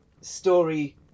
story